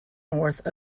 north